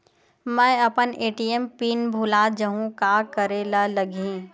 मैं अपन ATM PIN भुला जहु का करे ला लगही?